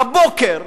הבוקר,